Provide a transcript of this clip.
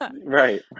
Right